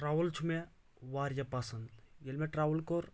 travel چھُ مےٚ واریاہ پسند ییلہِ مےٚ ٹریٚوٕل کوٚر